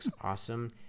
awesome